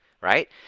right